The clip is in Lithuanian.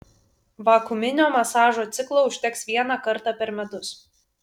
vakuuminio masažo ciklo užteks vieną kartą per metus